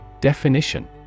definition